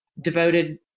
devoted